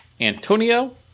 Antonio